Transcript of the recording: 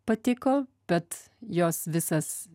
patiko bet jos visas